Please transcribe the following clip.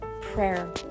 prayer